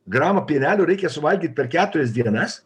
gramą pienelio reikia suvalgyt per keturias dienas